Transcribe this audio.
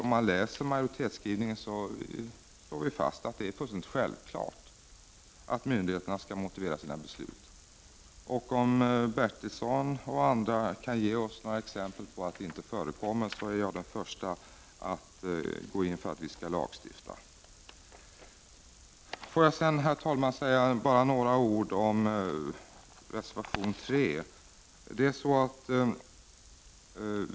Men i majoritetsskrivningen slår vi fast att det är fullständigt självklart att myndigheterna skall motivera sina beslut. Om Stig Bertilsson och andra kan ge oss exempel på att det inte förekommer, då är jag den förste att förorda lagstiftning. Låt mig härefter, herr talman, säga några ord om reservation 3.